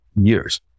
years